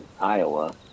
Iowa